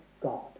God